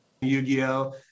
Yu-Gi-Oh